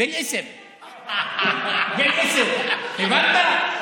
(אומר בערבית: בשם.) הבנת?